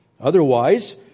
Otherwise